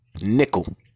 nickel